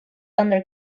under